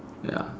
ya